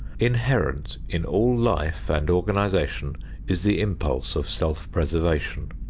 inherent in all life and organization is the impulse of self-preservation.